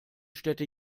städte